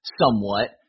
somewhat